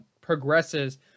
progresses